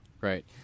Right